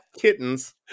Kittens